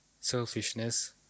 selfishness